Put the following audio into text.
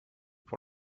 pour